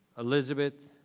elizabeth